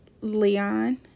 Leon